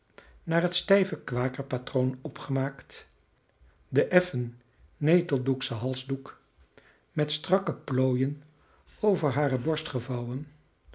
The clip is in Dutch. naar het stijve kwaker patroon opgemaakt de effen neteldoeksche halsdoek met strakke plooien over hare borst gevouwen